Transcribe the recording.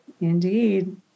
indeed